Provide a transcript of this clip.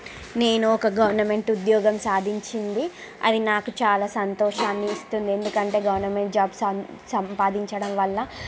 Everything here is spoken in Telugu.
నేను ఒక గవర్నమెంట్ ఉద్యోగం సాధించింది అది నాకు చాలా సంతోషాన్ని ఇస్తుంది ఎందుకంటే గవర్నమెంట్ జాబ్ సం సంపాదించడం వల్ల